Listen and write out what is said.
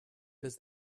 does